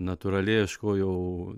natūraliai ieškojau